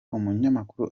umunyamakuru